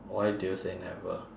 why do you say never